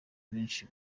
benshi